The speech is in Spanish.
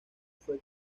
fue